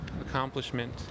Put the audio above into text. accomplishment